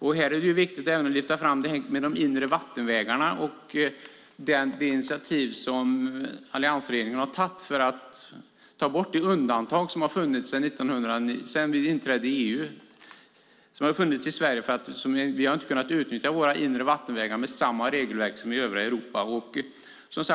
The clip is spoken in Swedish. I detta sammanhang är det viktigt att även lyfta fram de inre vattenvägarna och det initiativ som alliansregeringen har tagit för att ta bort det undantag som har funnits sedan vi gick med i EU. Vi har inte kunnat utnyttja våra inre vattenvägar enligt samma regelverk som man har i övriga Europa.